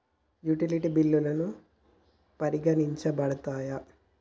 Utility బిల్లులు ఏవి పరిగణించబడతాయి?